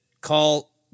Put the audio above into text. Call